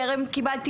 טרם קיבלתי